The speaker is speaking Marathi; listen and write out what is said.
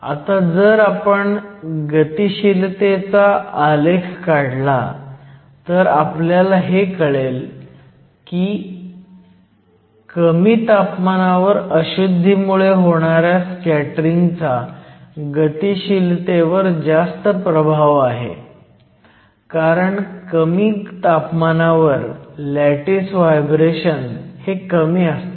आता जर आपण गतीशीलतेचा आलेख काढला तर आपल्याला हे कळेल की कमी तापमानावर अशुध्दी मुळे होणाऱ्या स्कॅटरिंगचा गतीशीलतेवर जास्त प्रभाव आहे कारण कमी तापमानावर लॅटिस व्हायब्रेशन हे कमी असतात